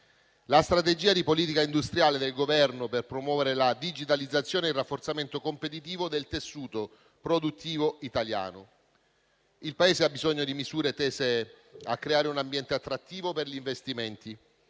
la strategia di politica industriale del Governo per promuovere la digitalizzazione e il rafforzamento competitivo del tessuto produttivo italiano. Il Paese ha bisogno di misure tese a creare un ambiente attrattivo per gli investimenti